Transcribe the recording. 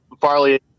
Farley